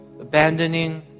abandoning